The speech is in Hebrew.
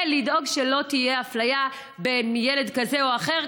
לדאוג שלא תהיה אפליה בין ילד כזה לאחר,